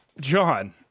john